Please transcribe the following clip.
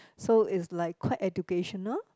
so it's like quite educational